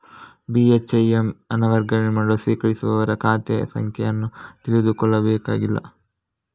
ಬಿ.ಹೆಚ್.ಐ.ಎಮ್ ಹಣ ವರ್ಗಾವಣೆ ಮಾಡಲು ಸ್ವೀಕರಿಸುವವರ ಖಾತೆ ಸಂಖ್ಯೆ ಅನ್ನು ತಿಳಿದುಕೊಳ್ಳಬೇಕಾಗಿಲ್ಲ